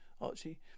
Archie